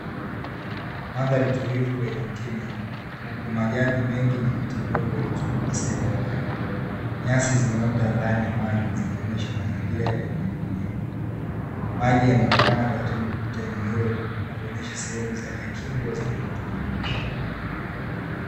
Mandhari tulivu yenye ukimya huku majani mengi na miti midogo inayozunguka sehemu ya maji, nyasi zimeota ndani ya maji zikionyesha mazingira yenye unyevuunyevu. Maji yanaonekana taratibu kupita eneo hilo, kuonyesha sehemu zenye kingo zenye rutuba .